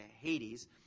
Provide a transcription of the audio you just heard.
Hades